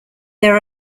there